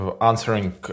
answering